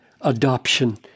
adoption